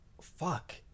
fuck